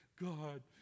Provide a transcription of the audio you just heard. God